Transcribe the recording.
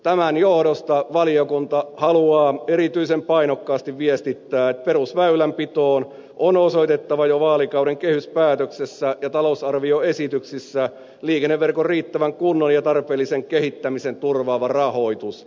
tämän johdosta valiokunta haluaa erityisen painokkaasti viestittää että perusväylänpitoon on osoitettava jo vaalikauden kehyspäätöksessä ja talousarvioesityksissä liikenneverkon riittävän kunnon ja tarpeellisen kehittämisen turvaava rahoitus